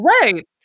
right